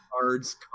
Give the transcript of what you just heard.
cards